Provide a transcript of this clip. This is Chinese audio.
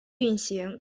运行